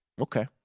Okay